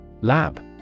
Lab